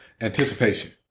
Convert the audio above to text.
anticipation